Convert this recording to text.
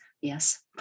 Yes